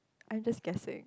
I'm just guessing